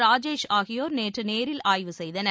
ராஜேஷ் ஆகியோர் நேற்று நேரில் ஆய்வு செய்தனர்